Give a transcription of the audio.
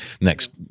next